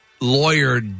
lawyer